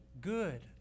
good